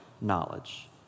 knowledge